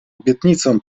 obietnicą